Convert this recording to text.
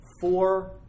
four